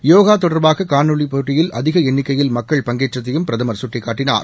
யோகா தொடர்பாக காணொலி போட்டியில் அதிக எண்ணிக்கையில் மக்கள் பங்கேற்றதையும் பிரதமள் சுட்டிக்காட்டினார்